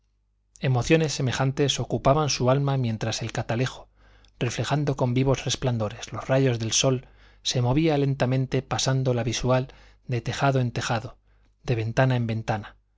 emociones semejantes ocupaban su alma mientras el catalejo reflejando con vivos resplandores los rayos del sol se movía lentamente pasando la visual de tejado en tejado de ventana en ventana